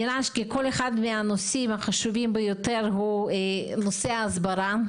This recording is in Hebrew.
נראה שמכל הנושאים הנושא החשוב ביותר הוא נושא ההסברה,